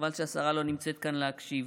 חבל שהשרה לא נמצאת כאן להקשיב.